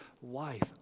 wife